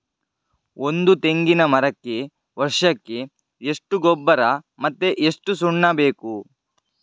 ಒಂದು ತೆಂಗಿನ ಮರಕ್ಕೆ ವರ್ಷಕ್ಕೆ ಎಷ್ಟು ಗೊಬ್ಬರ ಮತ್ತೆ ಎಷ್ಟು ಸುಣ್ಣ ಬೇಕು?